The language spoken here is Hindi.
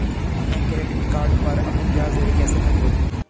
मैं क्रेडिट कार्ड पर अपनी ब्याज दरें कैसे कम करूँ?